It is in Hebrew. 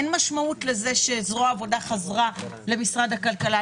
אין משמעות לזה שזרוע העבודה חזרה למשרד הכלכלה?